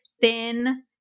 thin